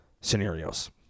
scenarios